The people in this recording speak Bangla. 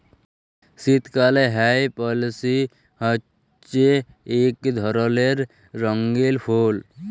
শীতকালে হ্যয় পেলসি হছে ইক ধরলের রঙ্গিল ফুল